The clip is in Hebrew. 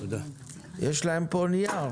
יש להם פה נייר